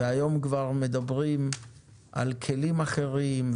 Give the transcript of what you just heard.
והיום כבר מדברים על כלים אחרים,